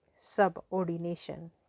subordination